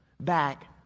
back